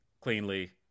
cleanly